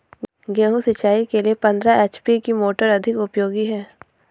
गेहूँ सिंचाई के लिए पंद्रह एच.पी की मोटर अधिक उपयोगी है?